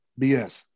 BS